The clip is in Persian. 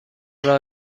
راه